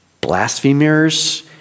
blasphemers